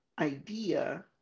idea